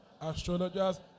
astrologers